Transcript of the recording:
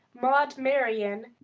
maud marian,